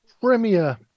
Premier